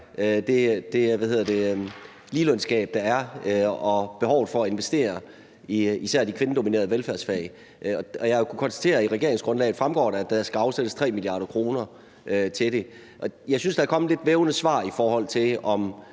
finansministeren om det ligelønsgab, der er, og behovet for at investere i især de kvindedominerede velfærdsfag. Jeg har jo kunnet konstatere, at det af regeringsgrundlaget fremgår, at der skal afsættes 3 mia. kr. til det. Jeg synes, der er kommet lidt vævende svar, i forhold til om